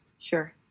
Sure